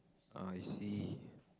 I see